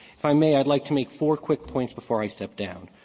if i may, i'd like to make four quick points before i step down.